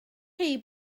chi